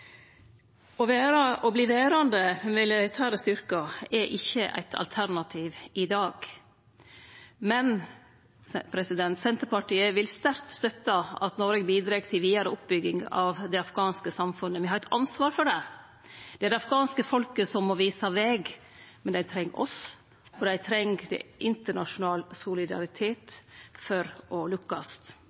Å verta verande med militære styrkar er ikkje eit alternativ i dag. Men Senterpartiet vil sterkt støtta at Noreg bidreg til vidare oppbygging av det afghanske samfunnet, me har eit ansvar for det. Det er det afghanske folket som må vise veg, men dei treng oss, og dei treng internasjonal solidaritet for å lukkast.